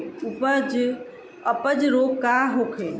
अपच रोग का होखे?